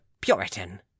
Puritan